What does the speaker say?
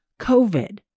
COVID